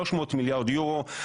300 מיליארד אירו.